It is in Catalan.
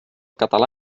català